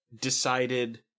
decided